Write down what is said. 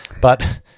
but-